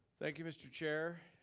thank you mr. chair,